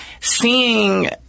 seeing